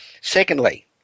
Secondly